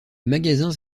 magasins